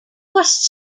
was